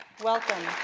welcome.